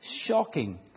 shocking